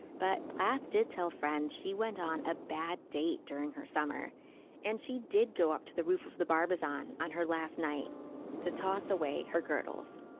but plath did tell friends she went on a bad day during her summer and she did go up to the roof of the bar basin on on her last night to toss away her girdles